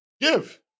give